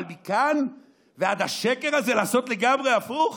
אבל מכאן ועד השקר הזה, לעשות לגמרי הפוך?